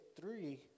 three